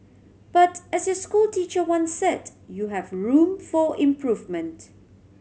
but as your school teacher one said you have room for improvement